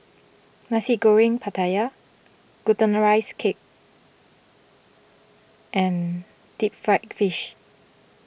Nasi Goreng Pattaya Glutinous Rice Cake and Deep Fried Fish